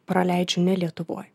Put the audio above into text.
praleidžiu ne lietuvoj